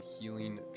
Healing